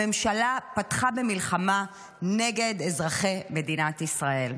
הממשלה פתחה במלחמה נגד אזרחי מדינת ישראל.